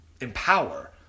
empower